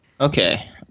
okay